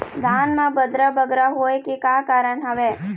धान म बदरा बगरा होय के का कारण का हवए?